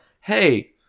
hey